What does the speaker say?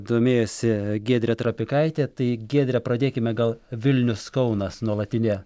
domėjosi giedrė trapikaitė tai giedre pradėkime gal vilnius kaunas nuolatinė